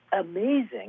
amazing